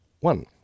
One